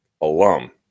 alum